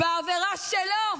בעבירה שלו.